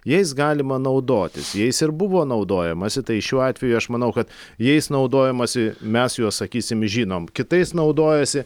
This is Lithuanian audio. jais galima naudotis jais ir buvo naudojamasi tai šiuo atveju aš manau kad jais naudojamasi mes juos sakysim žinom kitais naudojosi